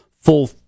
full